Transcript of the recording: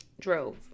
drove